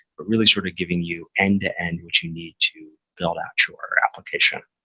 but really sort of giving you end to end, which you need to build out your application.